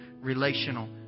relational